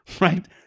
Right